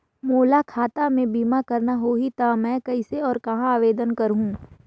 मोला खाता मे बीमा करना होहि ता मैं कइसे और कहां आवेदन करहूं?